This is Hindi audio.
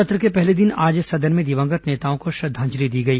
सत्र के पहले दिन आज सदन में दिवंगत नेताओं को श्रद्वांजलि दी गई